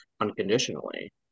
unconditionally